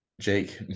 Jake